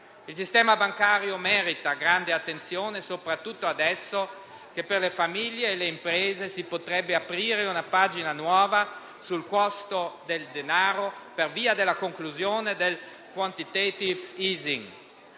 Il sistema bancario merita grande attenzione, soprattutto adesso che per le famiglie e le imprese si potrebbe aprire una pagina nuova sul costo del denaro per via della conclusione del *quantitative easing*.